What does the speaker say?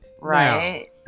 Right